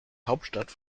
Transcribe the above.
hauptstadt